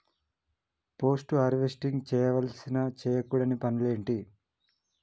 Post harvesting చేయవలసిన చేయకూడని పనులు ఏంటి?